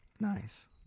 Nice